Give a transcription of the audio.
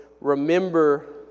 remember